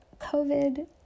COVID